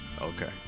Okay